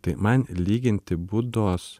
tai man lyginti budos